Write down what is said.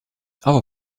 other